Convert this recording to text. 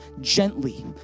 gently